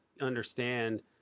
understand